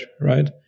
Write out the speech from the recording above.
right